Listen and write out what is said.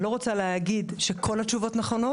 אני לא רוצה להגיד שכל התשובות נכונות,